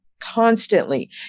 constantly